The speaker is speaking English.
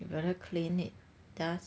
you better clean it dust